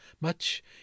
much